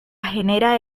genera